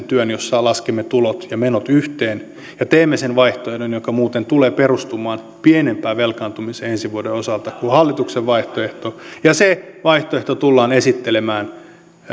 työn jossa laskemme tulot ja menot yhteen ja teemme sen vaihtoehdon joka muuten tulee perustumaan pienempään velkaantumiseen ensi vuoden osalta kuin hallituksen vaihtoehto ja se vaihtoehto tullaan esittelemään